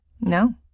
No